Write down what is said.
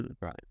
Right